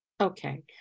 Okay